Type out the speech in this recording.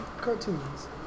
cartoons